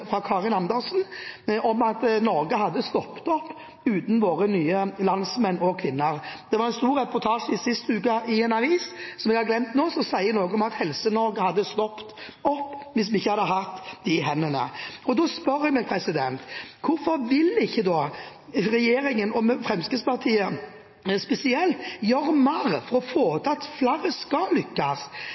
fra Karin Andersen er helt på sin plass, om at Norge hadde stoppet opp uten våre nye landsmenn og -kvinner. Det var en stor reportasje sist uke i en avis – som jeg har glemt navnet på nå – som sa noe om at Helse-Norge hadde stoppet opp hvis vi ikke hadde hatt de hendene. Da spør jeg meg: Hvorfor vil ikke regjeringen, og Fremskrittspartiet spesielt, gjøre mer for å få til at flere skal lykkes?